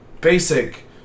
basic